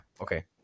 okay